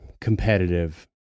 competitive